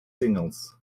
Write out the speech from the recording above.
singles